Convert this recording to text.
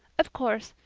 of course,